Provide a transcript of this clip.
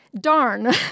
darn